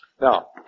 Now